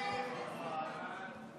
הסתייגות 25 לא נתקבלה.